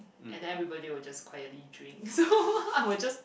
and then everybody will just quietly drink so I will just